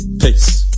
Peace